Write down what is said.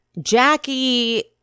Jackie